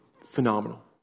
phenomenal